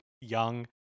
young